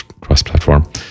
cross-platform